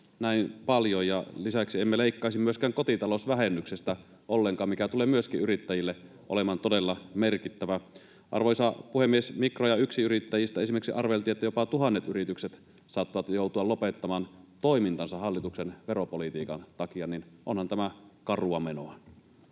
näin paljon ja lisäksi emme leikkaisi myöskään kotitalousvähennyksestä ollenkaan, mikä tulee myöskin yrittäjille olemaan todella merkittävä. Arvoisa puhemies! Kun Mikro- ja yksinyrittäjistä esimerkiksi arveltiin, että jopa tuhannet yritykset saattavat joutua lopettamaan toimintansa hallituksen veropolitiikan takia, niin onhan tämä karua menoa.